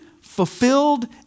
fulfilled